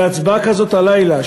בהצבעה כזאת הלילה,